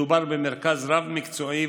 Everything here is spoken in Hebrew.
מדובר במרכז רב-מקצועי,